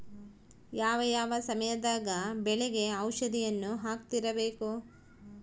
ಯಾವ ಯಾವ ಸಮಯದಾಗ ಬೆಳೆಗೆ ಔಷಧಿಯನ್ನು ಹಾಕ್ತಿರಬೇಕು?